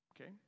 Okay